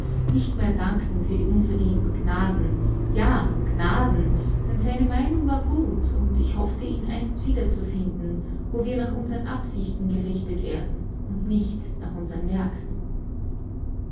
nicht mehr danken für die unverdienten gnaden ja gnaden denn seine meinung war gut und ich hoffe ihn einst wiederzufinden wo wir nach unsern absichten gerichtet werden und nicht nach unsern werken